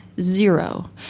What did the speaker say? Zero